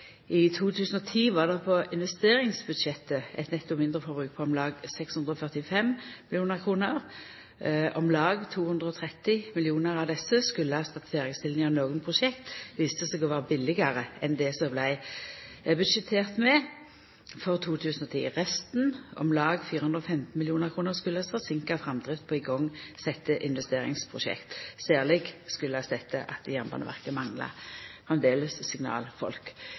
I 2010 var det på investeringsbudsjettet eit netto mindreforbruk på om lag 645 mill. kr – om lag 230 mill. kr av desse fordi ferdigstillinga av nokre prosjekt viste seg å vera billegare enn det som det vart budsjettert med for 2010, og resten, om lag 415 mill. kr, på grunn av forseinka framdrift på igangsette investeringsprosjekt. Særleg kjem dette av at Jernbaneverket framleis manglar signalfolk.